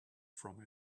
from